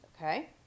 Okay